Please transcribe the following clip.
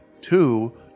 Two